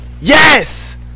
yes